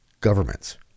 Governments